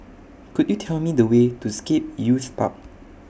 Could YOU Tell Me The Way to Scape Youth Park